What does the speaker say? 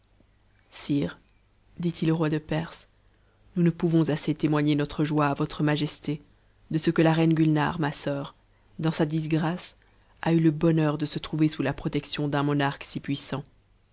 dit-il au roi de perse nous ne pouvons ssez témoigner notre joie à votre majesté de ce que la reine guinare ma r dan sa disgrâce a eu le bonheur de se trouver sous la protection j'un tuonarque si puissant